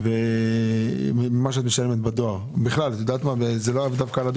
אתה אומר עכשיו אתה נמצא ב-700 יחידות דיור או